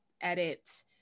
edit